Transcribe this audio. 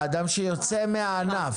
האדם שיוצא מהענף.